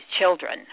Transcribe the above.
children